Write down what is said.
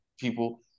people